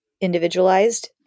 individualized